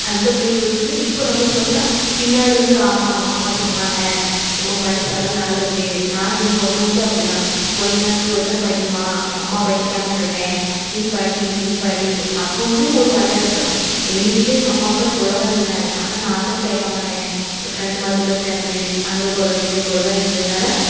அந்த புள்ளையளுக்கு இப்போ நம்ம சொன்னால் பின்னாடி வந்து ஆமாம் நம்ம அம்மா சொன்னாங்க நம்ம படித்தா தான் நல்லது நான் என் பொண்ணை வந்து அப்படிதான் கொஞ்சம் நேரத்துக்கு ஒரு தடவ படிம்மா அம்மா படிக்காமல் விட்டுட்டேன் நீ படி நீ படி அப்போது வந்து ஒரு விளையாட்டுத்தனம் எங்கள் வீட்லேயும் எங்கள் அம்மா அப்பா சொல்ல தான் செஞ்சாங்க ஆனால் நான் தான் கேட்க மாட்டேன் என் ஃப்ரெண்டுமாரு கூட சேர்ந்து அங்கே போகிறது இங்கே போகிறதா இருந்ததினால